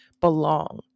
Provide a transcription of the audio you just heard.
belong